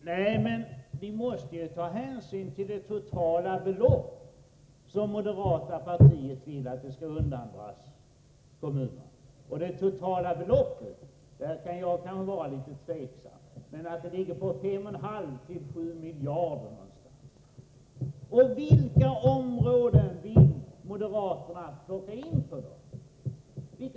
Herr talman! Vi måste ju ta hänsyn till det totala belopp som moderata samlingspartiet vill skall undandras kommunerna. Jag är visserligen litet tveksam om det exakta beloppet, men det ligger på mellan 5,5 och 7 miljarder. På vilka områden vill moderaterna dra in?